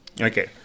Okay